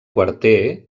quarter